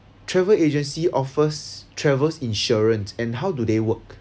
travel agency offers travels insurance and how do they work